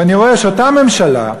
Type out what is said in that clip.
ואני רואה שאותה ממשלה,